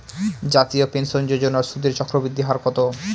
জাতীয় পেনশন যোজনার সুদের চক্রবৃদ্ধি হার কত?